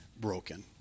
broken